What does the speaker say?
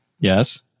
Yes